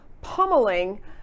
pummeling